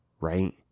Right